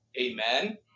Amen